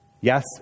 yes